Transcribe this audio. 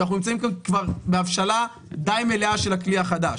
כשאנחנו נמצאים בהבשלה די מלאה של הכלי החדש.